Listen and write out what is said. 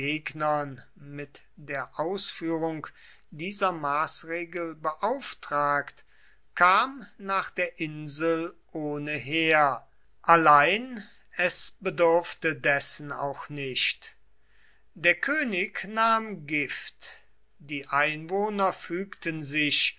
mit der ausführung dieser maßregel beauftragt kam nach der insel ohne heer allein es bedurfte dessen auch nicht der könig nahm gift die einwohner fügten sich